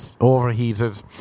overheated